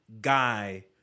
guy